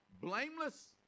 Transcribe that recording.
blameless